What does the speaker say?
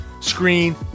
screen